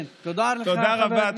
תודה רבה.